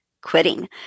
quitting